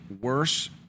worse